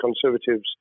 Conservatives